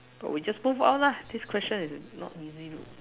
but we just move on ah this question is not easy you know